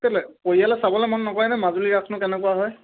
কেলে পৰিয়ালে চাবলে মন নকৰে নে মাজুলী ৰাস নো কেনেকুৱা হয়